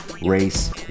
race